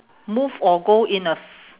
move or go in a